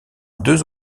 deux